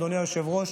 אדוני היושב-ראש,